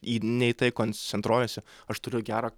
į ne į tai koncentruojuosi aš turiu gerą